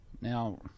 Now